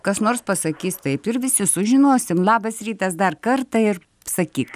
kas nors pasakys taip ir visi sužinosim labas rytas dar kartą ir sakyk